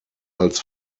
als